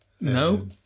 No